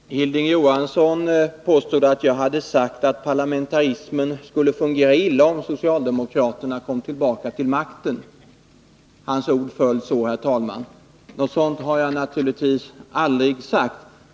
Herr talman! Hilding Johansson påstod att jag hade sagt att parlamentarismen skulle fungera illa, om socialdemokraterna kom tillbaka till makten. Hans ord föll så, herr talman. Något sådant har jag naturligtvis aldrig sagt.